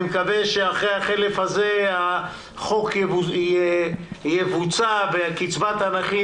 אני מקווה שאחרי החלף הזה החוק יבוצע וקצבת הנכים